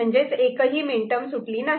म्हणजेच एकही मीनटर्म सुटली नाही